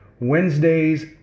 Wednesday's